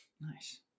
Nice